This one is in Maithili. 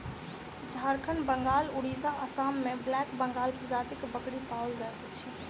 झारखंड, बंगाल, उड़िसा, आसाम मे ब्लैक बंगाल प्रजातिक बकरी पाओल जाइत अछि